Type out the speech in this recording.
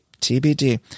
TBD